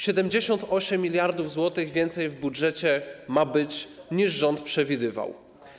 78 mld zł więcej w budżecie ma być, niż rząd przewidywał.